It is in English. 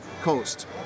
coast